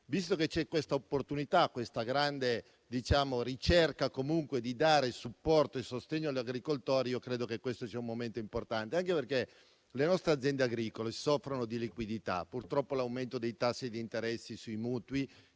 Visto che c'è questa opportunità, questa grande ricerca di dare supporto e sostegno agli agricoltori, credo sia un momento importante. Ricordo che le nostre aziende agricole soffrono di liquidità. Purtroppo l'aumento dei tassi di interessi sui mutui,